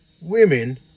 women